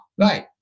right